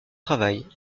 travail